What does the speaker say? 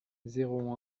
zéro